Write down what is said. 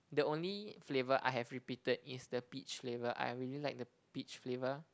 the only flavour I have repeated is the peach flavour I really like the peach flavour